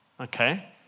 okay